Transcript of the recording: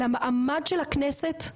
למעמד של הכנסת,